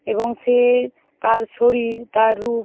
এবং সে তার শরীর তার রূপ